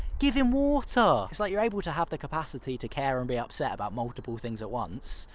give him water! it's like, you're able to have the capacity to care and be upset about multiple things at once.